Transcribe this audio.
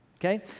okay